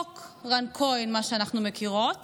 מה שאנחנו מכירות